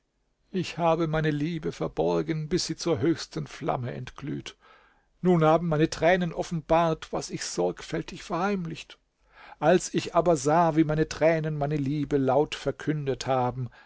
ich habe meine liebe verborgen bis sie zur höchsten flamme entglüht nun haben meine tränen offenbart was ich sorgfältig verheimlicht als ich aber sah wie meine tränen meine liebe laut verkündet haben